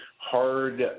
hard